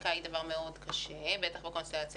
שחקיקה היא דבר קשה מאוד, בטח בקונסטלציה הנוכחית,